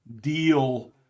deal